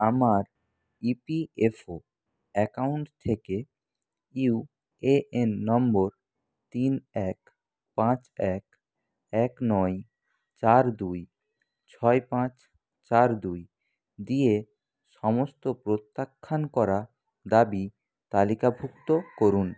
আমার E P F O account থেকে U A N number তিন এক পাঁচ এক এক নয় চার দুই ছয় পাঁচ চার দুই দিয়ে সমস্ত প্রত্যাখ্যান করা দাবি তালিকাভুক্ত করুন